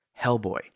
Hellboy